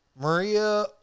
Maria